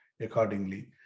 accordingly